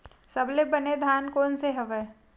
सबले बने धान कोन से हवय?